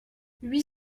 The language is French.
huit